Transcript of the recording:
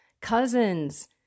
cousins